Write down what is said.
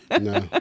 No